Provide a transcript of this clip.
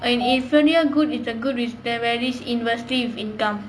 an inferior good is a good which varies inversely with income